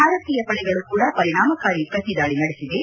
ಭಾರತೀಯ ಪಡೆಗಳು ಕೂಡ ಪರಿಣಾಮಕಾರಿ ಪ್ರತಿ ದಾಳ ನಡೆಸಿವೆ